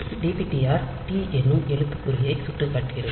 dptr t என்னும் எழுத்துக்குறியைச் சுட்டிக்காட்டுகிறது